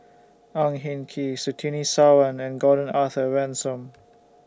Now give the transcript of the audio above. Ang Hin Kee Surtini Sarwan and Gordon Arthur Ransome